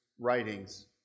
writings